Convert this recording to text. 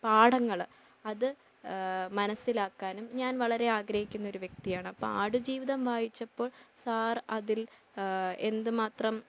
പാഠങ്ങൾ അത് മനസ്സിലാക്കാനും ഞാൻ വളരെ ആഗ്രഹിക്കുന്ന ഒരു വ്യക്തിയാണ് അപ്പം ആടുജീവിതം വായിച്ചപ്പോൾ സാർ അതിൽ എന്തുമാത്രം